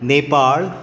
Nepal